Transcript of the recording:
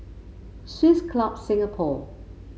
Swiss Club Singapore